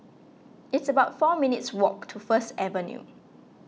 it's about four minutes' walk to First Avenue